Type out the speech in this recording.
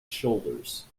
shoulders